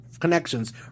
connections